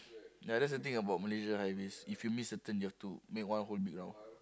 ya that's the thing about Malaysian highways if you miss a turn you have to make one whole big round